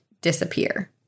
Disappear